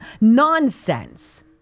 nonsense